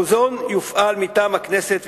המוזיאון יופעל מטעם הכנסת,